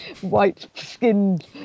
white-skinned